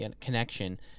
connection